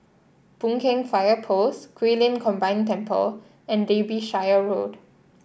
Boon Keng Fire Post Guilin Combined Temple and Derbyshire Road